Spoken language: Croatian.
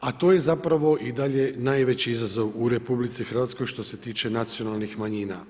a to je zapravo i dalje najveći izazov u RH što se tiče nacionalnih manjina.